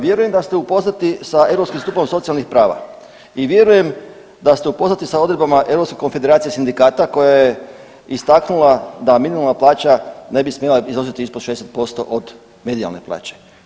Vjerujem da ste upoznati sa Europskim stupom socijalnih prava i vjerujem da ste upoznati sa odredbama Europske konfederacije sindikata koja je istaknula da minimalna plaća ne bi smjela iznositi ispod 60% od medijalne plaće.